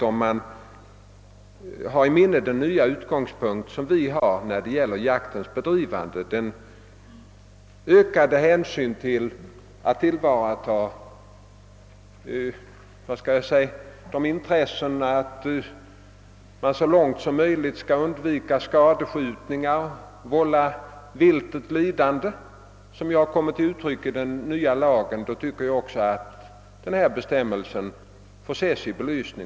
Om vi har i minnet den nya utgångspunkten för jaktens bedrivande — den ökade hänsynen, önskan att så långt möjligt undvika att skadskjuta och vålla viltet lidande — som kommit till uttryck i den nya lagen, får också denna bestämmelse sin belysning.